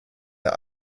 der